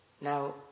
Now